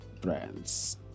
brands